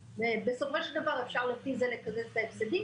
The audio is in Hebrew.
--- בסופו של דבר אפשר לפי זה לקזז את ההפסדים,